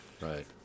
right